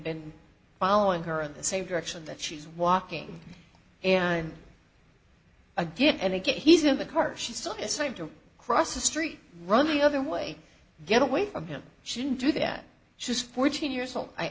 been following her in the same direction that she's walking and i'm again and again he's in the car she starts trying to cross the street run the other way get away from him she didn't do that she's fourteen years old i